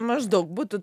maždaug būtų